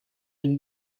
une